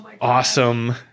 awesome